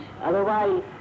otherwise